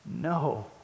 No